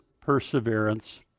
perseverance